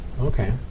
okay